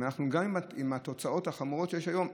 גם עם התוצאות החמורות שיש היום,